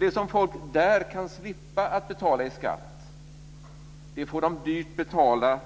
Det som folk där kan slippa att betala i skatt får de dyrt betala